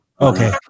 Okay